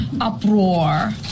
uproar